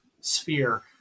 sphere